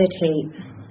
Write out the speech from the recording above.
meditate